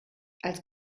als